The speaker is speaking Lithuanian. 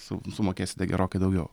su sumokėsite gerokai daugiau